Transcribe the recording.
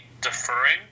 deferring